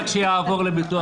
רק שיעבור למשרד הבטחון.